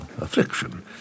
affliction